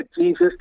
Jesus